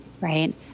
right